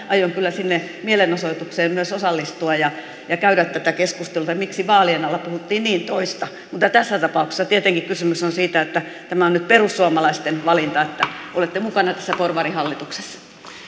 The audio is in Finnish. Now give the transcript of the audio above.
aion kyllä siihen mielenosoitukseen myös osallistua ja ja käydä tätä keskustelua että miksi vaalien alla puhuttiin niin toista mutta tässä tapauksessa tietenkin kysymys on siitä että tämä on nyt perussuomalaisten valinta että olette mukana tässä porvarihallituksessa